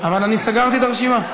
אבל אני סגרתי את הרשימה.